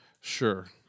Sure